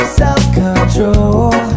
self-control